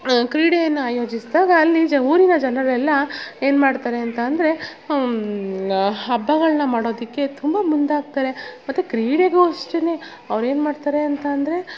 ಕ್ರೀಡೆಯನ್ನು ಆಯೋಜಿಸಿದಾಗ ಅಲ್ಲಿ ಜ ಊರಿನ ಜನರೆಲ್ಲ ಏನ್ಮಾಡ್ತಾರೆ ಅಂತಂದರೆ ಹಬ್ಬಗಳನ್ನು ಮಾಡೋದಕ್ಕೆ ತುಂಬ ಮುಂದಾಗ್ತಾರೆ ಮತ್ತು ಕ್ರೀಡೆಗು ಅಷ್ಟೆ ಅವ್ರೇನು ಮಾಡ್ತಾರೆ ಅಂತ ಅಂದರೆ